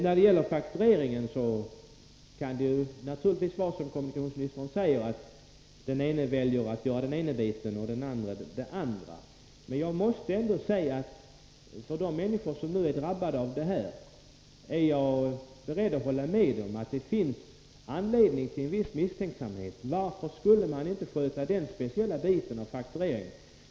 När det gäller faktureringen kan det naturligtvis som kommunikationsministern säger vara så, att den ene väljer att göra den ena biten och den andre den andra. Men jag måste ändå säga att jag är beredd att hålla med de människor som är drabbade av det här, att det finns anledning till en viss misstänksamhet. Varför skulle man inte sköta den speciella biten av faktureringen?